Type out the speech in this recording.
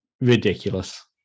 ridiculous